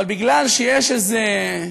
אבל בגלל שיש איזה,